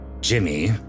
Jimmy